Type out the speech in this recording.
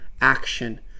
action